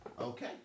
Okay